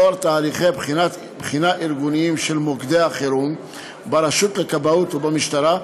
לאור תהליכי בחינה ארגוניים של מוקדי החירום ברשות לכבאות ובמשטרה,